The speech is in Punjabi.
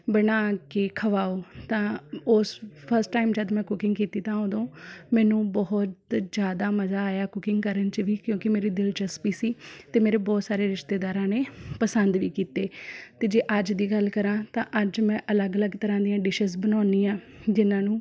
ਬਣਾ ਕੇ ਖਵਾਓ ਤਾਂ ਓਸ ਫ਼ਸਟ ਟਾਇਮ ਜਦ ਮੈਂ ਕੁਕਿੰਗ ਕੀਤੀ ਤਾਂ ਉਦੋਂ ਮੈਨੂੰ ਬਹੁਤ ਜ਼ਿਆਦਾ ਮਜ਼ਾ ਆਇਆ ਕੁਕਿੰਗ ਕਰਨ 'ਚ ਵੀ ਕਿਉਂਕਿ ਮੇਰੀ ਦਿਲਚਸਪੀ ਸੀ ਅਤੇ ਮੇਰੇ ਬਹੁਤ ਸਾਰੇ ਰਿਸ਼ਤੇਦਾਰਾਂ ਨੇ ਪਸੰਦ ਵੀ ਕੀਤੇ ਅਤੇ ਜੇ ਅੱਜ ਦੀ ਗੱਲ ਕਰਾਂ ਤਾਂ ਅੱਜ ਮੈਂ ਅਲੱਗ ਅਲੱਗ ਤਰ੍ਹਾਂ ਦੀਆਂ ਡਿਸ਼ਜ਼ ਬਣਾਉਨੀ ਹਾਂ ਜਿਹਨਾਂ ਨੂੰ